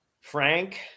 Frank